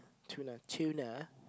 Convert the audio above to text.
tuna tuna